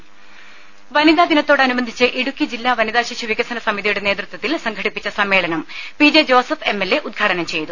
ദേദ വനിതാ ദിനത്തോടനുബന്ധിച്ച് ഇടുക്കി ജില്ലാ വനിതാശിശു വികസനസമിതിയുടെ നേതൃത്വത്തിൽ സംഘടിപ്പിച്ച സമ്മേളനം P J Joseph M L A ഉദ്ഘാടനം ചെയ്തു